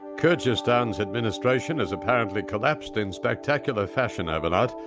kyrgyzstan's administration has apparently collapsed in spectacular fashion overnight,